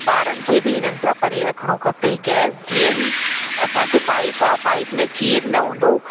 ॿारनि खे बि इन्हनि सां परे रखिणो खपे गैस जीअं ई असांखे पाइप आहे पाइप में चिर न हूंदो